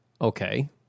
okay